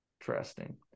Interesting